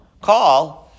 call